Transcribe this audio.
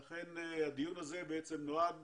הדיון הזה נועד